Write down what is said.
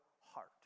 heart